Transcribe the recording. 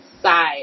side